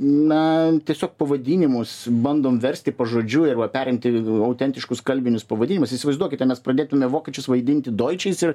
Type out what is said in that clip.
na tiesiog pavadinimus bandom versti pažodžiui arba perimti autentiškus kalbinius pavadinimus įsivaizduokite mes pradėtume vokiečius vaidinti doičiais ir